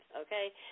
okay